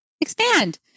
expand